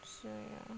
so ya